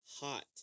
hot